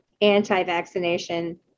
anti-vaccination